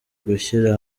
gushyira